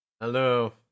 Hello